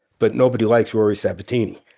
but nobody likes rory sabatini.